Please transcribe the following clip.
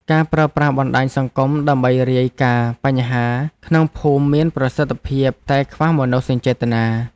ការប្រើប្រាស់បណ្តាញសង្គមដើម្បីរាយការណ៍បញ្ហាក្នុងភូមិមានប្រសិទ្ធភាពតែខ្វះមនោសញ្ចេតនា។